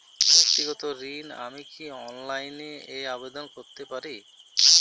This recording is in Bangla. ব্যাক্তিগত ঋণ আমি কি অনলাইন এ আবেদন করতে পারি?